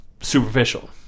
superficial